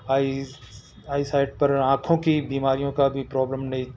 eyes eye side پر آنکھوں کی بیماریوں کا بھی پرابلم نہیں